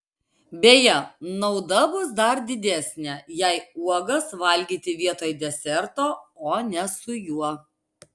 beje nauda bus dar didesnė jei uogas valgyti vietoj deserto o ne su juo